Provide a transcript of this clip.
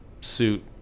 suit